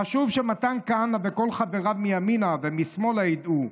חשוב שמתן כהנא וכל חבריו מימינה ומשמאלה ידעו: